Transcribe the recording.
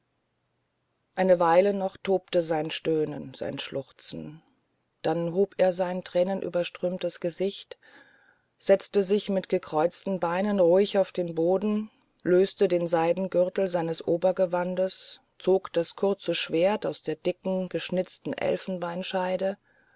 eine weile noch tobte sein stöhnen sein schluchzen dann hob er sein tränenüberströmtes gesicht setzte sich mit gekreuzten beinen ruhig auf den boden löste den seidengürtel seines obergewandes zog das kurze schwert aus der dicken geschnitzten